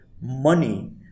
money